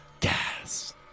gas